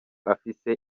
afise